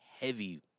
heavy